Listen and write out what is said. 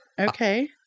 Okay